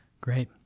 Great